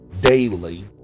daily